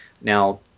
Now